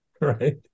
Right